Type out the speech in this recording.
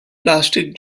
plastic